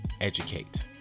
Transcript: educate